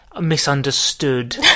Misunderstood